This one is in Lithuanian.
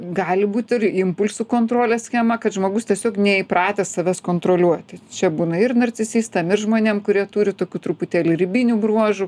gali būt ir impulsų kontrolės schema kad žmogus tiesiog neįpratę savęs kontroliuoti čia būna ir narcisistam ir žmonėm kurie turi tokių truputėlį ribinių bruožų